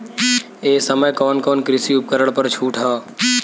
ए समय कवन कवन कृषि उपकरण पर छूट ह?